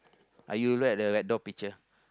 uh you look at the rag doll picture